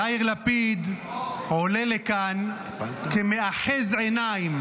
יאיר לפיד עולה לכאן כמאחז עיניים,